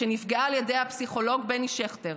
שנפגעה על ידי הפסיכולוג בני שכטר.